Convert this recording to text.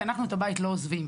כי אנחנו את הבית לא עוזבים.